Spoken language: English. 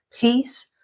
peace